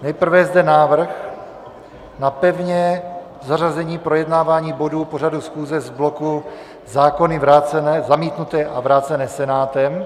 Nejprve je zde návrh na pevné zařazení projednávání bodů pořadu schůze z bloku zákony zamítnuté a vrácené Senátem.